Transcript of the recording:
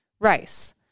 rice